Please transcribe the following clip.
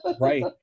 Right